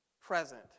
present